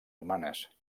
humanes